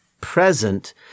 present